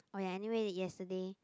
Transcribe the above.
oh ya anyway y~ yesterday